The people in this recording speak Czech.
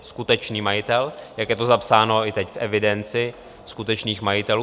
Skutečný majitel, jak je to zapsáno i teď v evidenci skutečných majitelů.